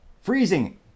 freezing